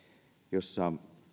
jossa